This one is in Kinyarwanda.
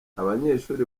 abanyeshuri